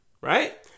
Right